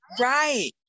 right